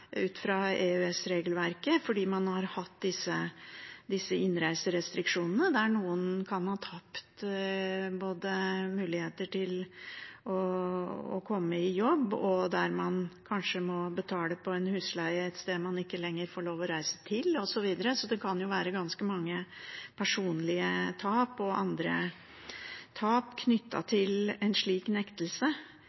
ut fra EØS-regelverket – fordi man har hatt disse innreiserestriksjonene, der noen kan ha tapt muligheter til å komme i jobb, og der man kanskje må betale på en husleie et sted man ikke lenger få lov å reise til, osv.? Det kan jo være ganske mange personlige tap og også andre tap